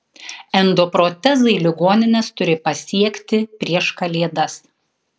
endoprotezai ligonines turi pasiekti prieš kalėdas